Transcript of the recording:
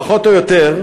פחות או יותר,